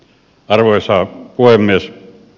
arvoisa puhemies